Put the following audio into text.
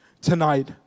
tonight